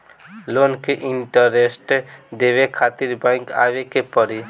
Loan के interest देवे खातिर बैंक आवे के पड़ी?